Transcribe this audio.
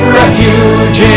refuge